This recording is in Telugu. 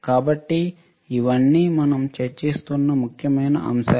కాబట్టి ఇవన్నీ మనం చర్చిస్తున్న ముఖ్యమైన అంశాలు